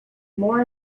more